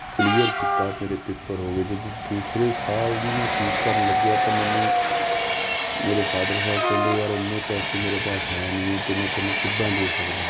clear ਕੀਤਾ ਮੇਰੇ paper ਹੋ ਗਏ ਜਦੋਂ ਦੂਸਰੇ ਸਾਲ ਦੀ ਮੈਂ ਫੀਸ ਭਰਨ ਲੱਗਿਆ ਤਾਂ ਮੈਨੂੰ ਮੇਰੇ ਫਾਦਰ ਸ੍ਹਾਬ ਕਹਿੰਦੇ ਯਾਰ ਇੰਨੇ ਪੈਸੇ ਮੇਰੇ ਪਾਸ ਹੈ ਨਹੀਂ ਆ ਅਤੇ ਮੈਂ ਤੈਨੂੰ ਕਿੱਦਾਂ ਦੇ ਸਕਦਾਂ